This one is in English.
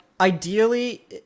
ideally